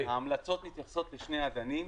ההמלצות מתייחסות לשני אדנים.